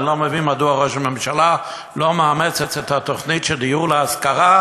אני לא מבין למה ראש הממשלה לא מאמץ את התוכנית של דיור להשכרה,